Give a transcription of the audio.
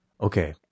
Okay